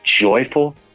joyful